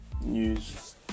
news